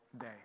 day